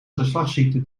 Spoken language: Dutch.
geslachtsziekte